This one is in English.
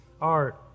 art